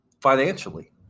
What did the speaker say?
financially